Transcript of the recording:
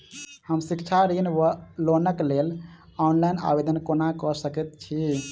हम शिक्षा ऋण वा लोनक लेल ऑनलाइन आवेदन कोना कऽ सकैत छी?